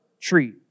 tree